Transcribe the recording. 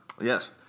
Yes